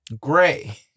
Gray